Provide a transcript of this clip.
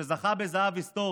שזכה בזהב היסטורי,